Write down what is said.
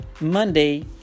Monday